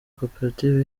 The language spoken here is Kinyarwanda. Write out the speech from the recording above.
koperative